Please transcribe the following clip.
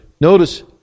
Notice